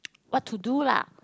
what to do lah